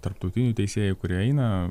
tarptautinių teisėjų kurie eina